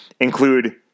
include